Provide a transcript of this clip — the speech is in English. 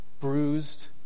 bruised